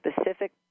specific